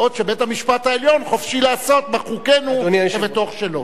בעוד שבית-המשפט העליון חופשי לעשות בחוקינו כבתוך שלו.